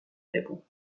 label